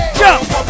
jump